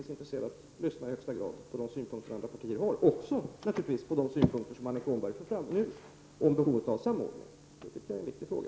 Jag intresserar mig i allra högsta grad för de synpunkter som andra partier har och även för de synpunkter som Annika Åhnberg för fram här om behovet av samordning. Det är en viktig fråga.